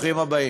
ברוכים הבאים.